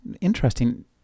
interesting